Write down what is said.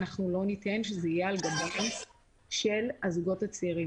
לא ניתן שזה יהיה על גבם של הזוגות הצעירים.